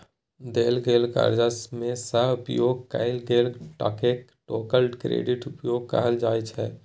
देल गेल करजा मे सँ उपयोग कएल गेल टकाकेँ टोटल क्रेडिट उपयोग कहल जाइ छै